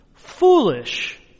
Foolish